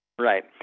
Right